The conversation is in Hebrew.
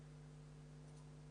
(הישיבה נפסקה בשעה 10:09 ונתחדשה בשעה